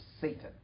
Satan